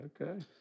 Okay